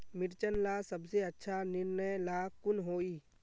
मिर्चन ला सबसे अच्छा निर्णय ला कुन होई?